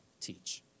teach